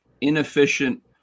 inefficient